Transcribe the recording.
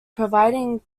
providing